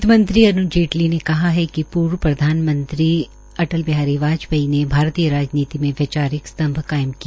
वित्तमंत्री अरूण जेटली ने कहा है कि पूर्व प्रधानमंत्री अटल बिहारी वाजपेयी ने भारतीय राजनीति में वैचारिक स्तंभ कायम किया